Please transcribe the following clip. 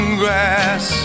grass